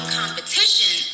competition